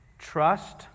Trust